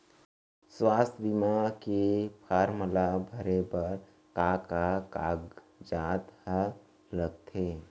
स्वास्थ्य बीमा के फॉर्म ल भरे बर का का कागजात ह लगथे?